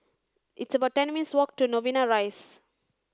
it's about ten minutes' walk to Novena Rise